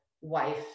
wife